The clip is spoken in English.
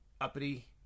uppity